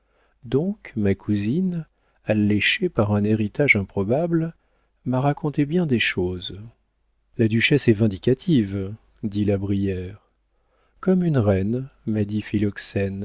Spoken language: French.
donc ma cousine alléchée par un héritage improbable m'a raconté bien des choses la duchesse est vindicative dit la brière comme une reine m'a dit